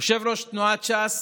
יושב-ראש תנועת ש"ס